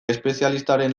espezialistaren